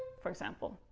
for example